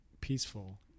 peaceful